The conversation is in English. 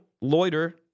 loiter